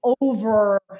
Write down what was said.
over